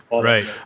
right